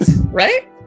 right